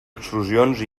exclusions